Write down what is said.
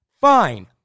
fine